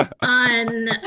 on